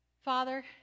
Father